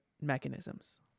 mechanisms